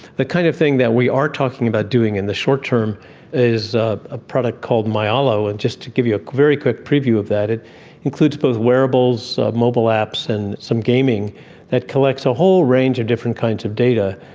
the kind of thing that we are talking about doing in the short term is ah a product called myalo, and just to give you a very quick preview of that, it includes both wearables, mobile apps and some gaming that collects a whole range of different kinds of data.